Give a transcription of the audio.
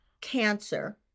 cancer